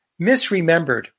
misremembered